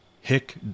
hick